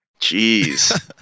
Jeez